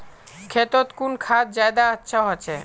खेतोत कुन खाद ज्यादा अच्छा होचे?